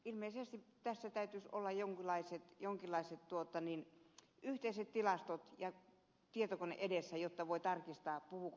ilmeisesti tässä täytyisi olla jonkinlaiset yhteiset tilastot ja tietokone edessä jotta voi tarkistaa puhuuko ed